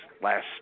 last